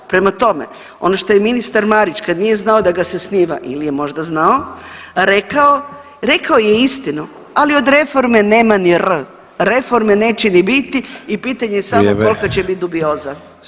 Prema tome, ono što je ministar Marić kad nije znao da ga se snima ili je možda znao rekao, rekao je istinu, ali od reforme nema ni R, reforme neće ni biti i pitanje je samo kolika [[Upadica: Vrijeme.]] će biti dubioza.